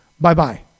Bye-bye